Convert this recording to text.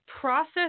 process